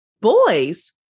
boys